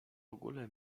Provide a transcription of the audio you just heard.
ogóle